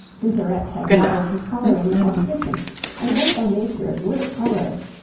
tintoret had modelled his colouring upon titian and was by nature a great colourist,